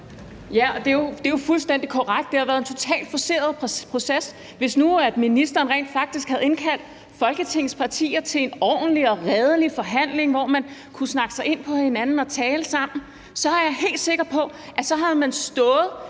Ja, det er jo fuldstændig korrekt. Det har været en totalt forceret proces. Hvis nu ministeren rent faktisk havde indkaldt Folketingets partier til en ordentlig og redelig forhandling, hvor man kunne snakke sig ind på hinanden og tale sammen, så er jeg helt sikker på, at man havde stået